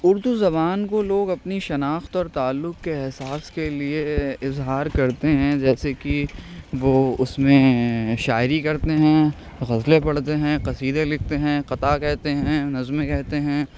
اردو زبان کو لوگ اپنی شناخت اور تعلق کے احساس کے لیے اظہار کرتے ہیں جیسے کہ وہ اس میں شاعری کرتے ہیں غزلیں پڑھتے ہیں قصیدے لکھتے ہیں قطعہ کہتے ہیں نظمیں کہتے ہیں